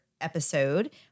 episode